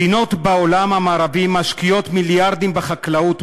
מדינות בעולם המערבי משקיעות מיליארדים בחקלאות,